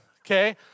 okay